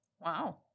Wow